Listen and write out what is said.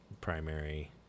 primary